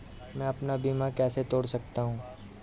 मैं अपना बीमा कैसे तोड़ सकता हूँ?